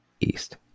east